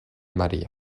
maría